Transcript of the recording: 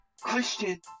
Christian